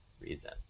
reason